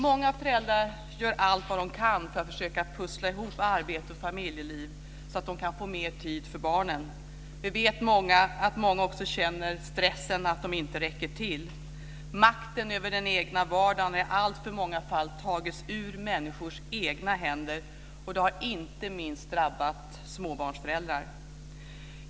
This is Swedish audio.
Många föräldrar gör allt vad de kan för att försöka pussla ihop arbete och familjeliv så att de kan få mer tid för barnen. Vi vet att många känner stressen av att inte räcka till. Makten över den egna vardagen har i alltför många fall tagits ur människors egna händer. Det har inte minst drabbat småbarnsföräldrar.